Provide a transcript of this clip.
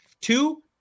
two